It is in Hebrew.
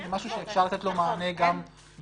או שזה משהו שאפשר לתת לו מענה גם בחקיקה.